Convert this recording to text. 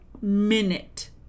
minute